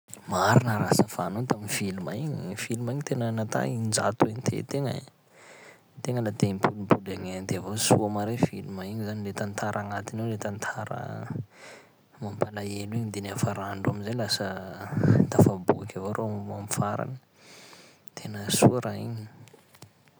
Marina raha safanao tamy film igny, film igny tena nata in-jato ihentean-tegna ai, tegna la te himpolimpoly agnenty avao, soa mare film igny zany, le tantara agnatiny ao, le tantara a mampalahelo igny de niafarandreo am'zay lasa tafaboaky avao reo amy farany, tena soa raha igny.